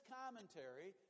commentary